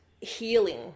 healing